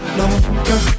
longer